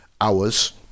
hours